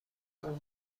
اون